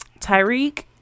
Tyreek